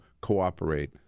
cooperate